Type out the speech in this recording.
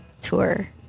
tour